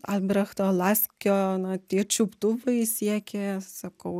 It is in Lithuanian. albrechto laskio na tie čiuptuvai siekė sakau